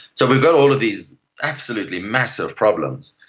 so we've got all of these absolutely massive problems,